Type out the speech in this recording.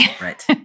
Right